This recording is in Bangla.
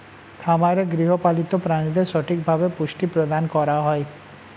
খামারে গৃহপালিত প্রাণীদের সঠিকভাবে পুষ্টি প্রদান করা হয়